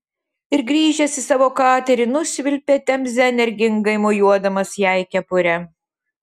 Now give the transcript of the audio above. ir grįžęs į savo katerį nušvilpė temze energingai mojuodamas jai kepure